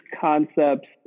concepts